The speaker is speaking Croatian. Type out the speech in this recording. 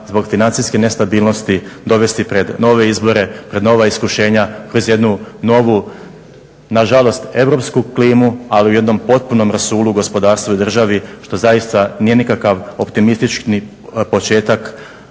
zbog financijske nestabilnosti dovesti pred nove izbore, pred nova iskušenja kroz jednu novu nažalost europsku klimu, ail u jednom potpunom rasulu u gospodarstvu i državi što zaista nije nekakav optimistični početak